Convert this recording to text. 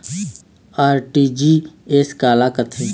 RTGS काला कथें?